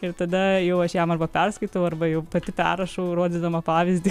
ir tada jau aš jam arba perskaitau arba jau pati perrašau rodydama pavyzdį